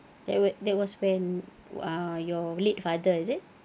that was that was when uh your late father is it